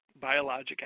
biologic